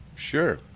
sure